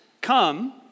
come